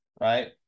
right